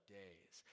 days